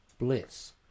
Bliss